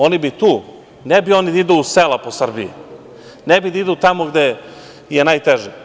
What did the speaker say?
Oni bi tu, ne bi oni da idu u sela po Srbiji, ne bi da idu tamo gde je najteže.